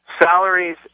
Salaries